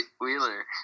wheeler